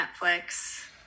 Netflix